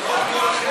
מה לא ראוי?